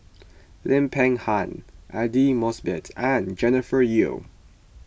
Lim Peng Han Aidli Mosbit and Jennifer Yeo